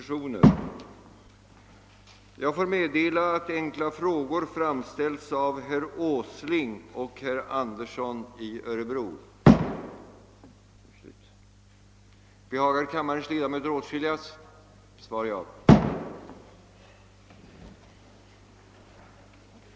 Är herr statsrådet beredd medverka till att sådan ersättning kommer att utgå till polisman?